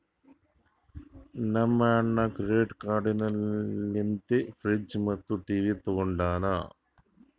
ನಮ್ ಅಣ್ಣಾ credit card ಲಿಂತೆ ಫ್ರಿಡ್ಜ್ ಮತ್ತ ಟಿವಿ ತೊಂಡಾನ